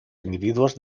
individuos